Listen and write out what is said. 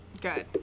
good